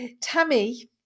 tammy